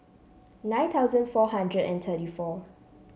nine thousand four hundred and thirty four